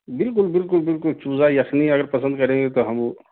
بالکل بالکل بالکل چوزہ یخنی اگر پسند کریں گے تو ہم وہ